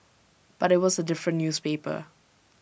but IT was A different newspaper